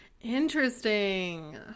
Interesting